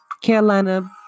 Carolina